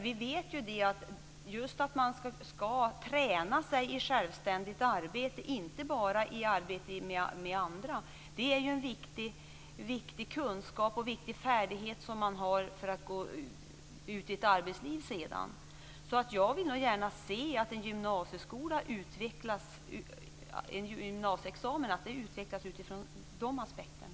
Vi vet ju att man skall träna sig i självständigt arbete, inte bara i arbete med andra. Det är ju en viktig kunskap och en viktig färdighet att ha med sig när man går ut i ett arbetsliv sedan. Jag vill gärna se att en gymnasieexamen utvecklas utifrån de aspekterna.